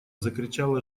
закричала